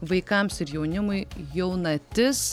vaikams ir jaunimui jaunatis